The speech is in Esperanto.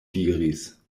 diris